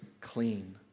clean